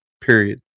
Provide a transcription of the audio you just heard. period